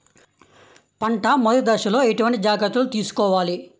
పంట మెదటి దశలో ఎటువంటి జాగ్రత్తలు తీసుకోవాలి?